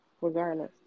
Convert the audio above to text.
regardless